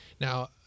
Now